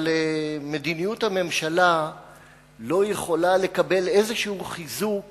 אבל מדיניות הממשלה לא יכולה לקבל חיזוק